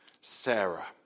Sarah